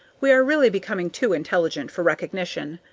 we are really becoming too intelligent for recognition.